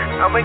I'ma